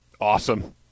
Awesome